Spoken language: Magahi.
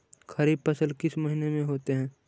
खरिफ फसल किस महीने में होते हैं?